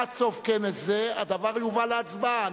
עד סוף כנס זה הדבר יובא להצבעה.